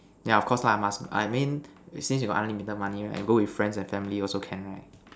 yeah of course lah must I mean since you got unlimited money right go with friends and family also can right